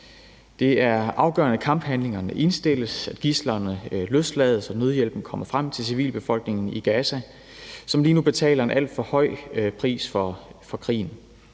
Det er afgørende, at kamphandlingerne indstilles, at gidslerne løslades, og at nødhjælpen kommer frem til civilbefolkningen i Gaza, som lige nu betaler en alt for høj pris for krigen.